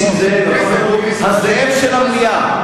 הזאב של המליאה.